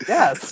Yes